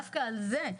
דווקא על זה,